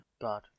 God